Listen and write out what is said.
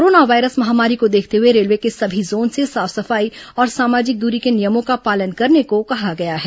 corona virus महामारी को देखते हुए रेलवे के सभी जोन से साफ सफाई और सामाजिक दरी के नियमों का पालन करने को कहा गया है